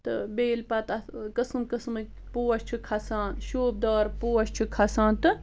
تہٕ بیٚیہِ ییٚلہِ پتہٕ اَتھ قٕسم قٕسمٕکۍ پوش چھِ کھسان شوٗب دار پوش چھِ کھسان تہٕ